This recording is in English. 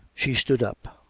she stood up.